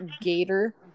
gator